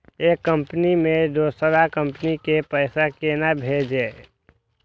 एक कंपनी से दोसर कंपनी के पैसा केना भेजये?